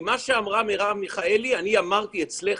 מה שאמרה מרב מיכאלי אני אמרתי אצלך